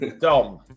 Dom